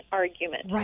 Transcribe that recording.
argument